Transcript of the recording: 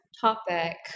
topic